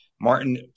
Martin